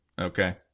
Okay